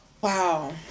Wow